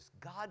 God